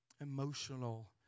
emotional